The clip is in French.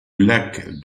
lac